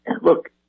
look